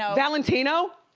ah valentino?